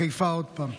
בחיפה, עוד פעם.